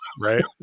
Right